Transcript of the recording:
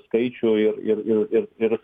skaičių ir ir ir ir ir